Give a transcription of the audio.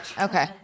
okay